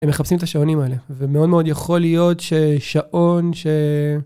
הם מחפשים את השעונים האלה, ומאוד מאוד יכול להיות ששעון ש...